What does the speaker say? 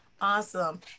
awesome